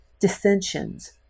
dissensions